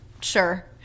Sure